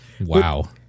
Wow